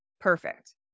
perfect